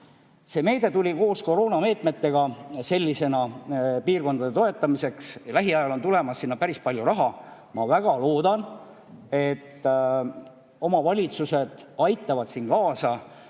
See meede tuli koos koroonameetmetega piirkondade toetamiseks ja lähiajal on tulemas sinna päris palju raha. Ma väga loodan, et omavalitsused aitavad kaasa,